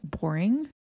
boring